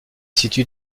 situe